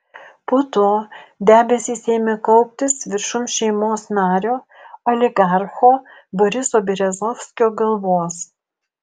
po to debesys ėmė kauptis viršum šeimos nario oligarcho boriso berezovskio galvos